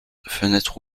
fenêtre